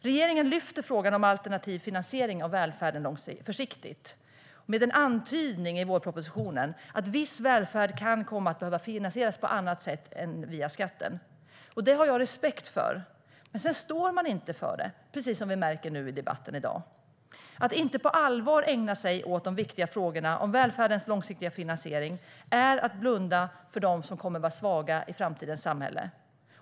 Regeringen lyfter frågan om alternativ finansiering av välfärden försiktigt, med en antydning i vårpropositionen om att viss välfärd kan komma att behöva finansieras på annat sätt än via skatten. Det har jag respekt för. Men sedan står man inte för det, precis som vi märker nu i debatten i dag. Att inte på allvar ägna sig åt de viktiga frågorna om välfärdens långsiktiga finansiering är att blunda för dem som kommer att vara svaga i framtidens samhälle.